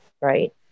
Right